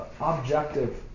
objective